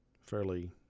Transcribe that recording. Fairly